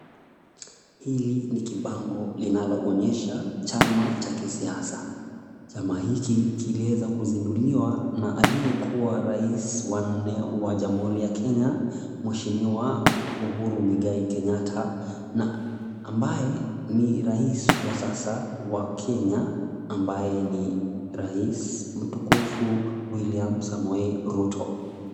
Hili ni kibango linaloonyesha chama cha kisiasa. Chama hiki kiliweza kuzinduliwa na aliyekuwa rais wa nne wa jamhuri ya Kenya mheshimiwa Uhuru Mwigai Kenyatta na ambaye ni rais wa sasa wa Kenya ambaye ni rais Mtukufu William Samoei Ruto.